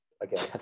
again